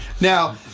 Now